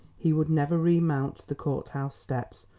he would never remount the courthouse steps,